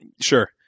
Sure